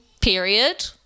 period